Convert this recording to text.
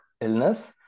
illness